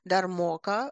dar moka